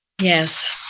Yes